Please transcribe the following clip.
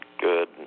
good